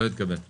הצבעה